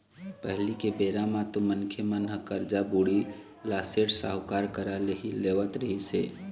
पहिली के बेरा म तो मनखे मन ह करजा, बोड़ी ल सेठ, साहूकार करा ले ही लेवत रिहिस हे